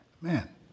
man